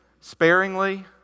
sparingly